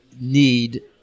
need